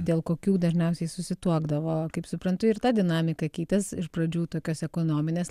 dėl kokių dažniausiai susituokdavo kaip suprantu ir ta dinamika keitės iš pradžių tokios ekonominės